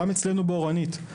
גם אצלנו באורנית.